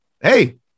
hey